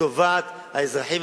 לטובת האזרחים,